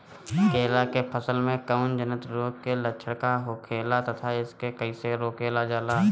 केला के फसल में कवक जनित रोग के लक्षण का होखेला तथा एके कइसे रोकल जाला?